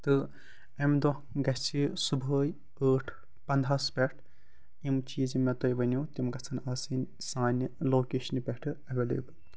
تہٕ امہ دۄہ گژھِ صُبحٲے ٲٹھ پَنٛداہَس پٮ۪ٹھ یِم چیٖز یِم مےٚ تۄہہِ ؤنو تِم گَژھَن آسٕنۍ سانہِ لوکیشنہِ پٮ۪ٹھٕ ایٚولیبٕل